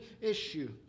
issue